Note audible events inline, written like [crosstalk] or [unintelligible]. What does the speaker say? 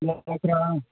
[unintelligible]